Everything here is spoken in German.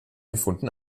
befunden